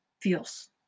feels